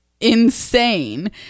insane